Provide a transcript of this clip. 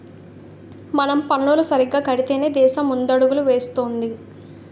మనం పన్నులు సరిగ్గా కడితేనే దేశం ముందడుగులు వేస్తుంది